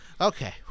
Okay